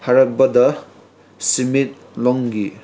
ꯍꯥꯏꯔꯕꯗ ꯁꯦꯟꯃꯤꯠꯂꯣꯟꯒꯤ